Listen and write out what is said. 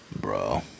Bro